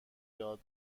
یاد